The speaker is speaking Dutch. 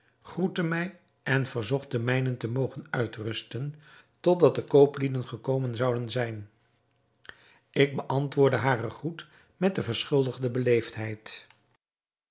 groette mij en verzocht ten mijnent te mogen uitrusten tot dat de kooplieden gekomen zouden zijn ik beantwoordde haren groet met de verschuldigde